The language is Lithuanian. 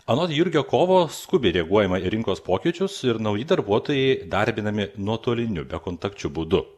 anot jurgio kovo skubiai reaguojama į rinkos pokyčius ir nauji darbuotojai darbinami nuotoliniu bekontakčiu būdu